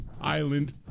Island